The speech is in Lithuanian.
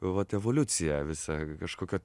vat evoliuciją visą kažkokią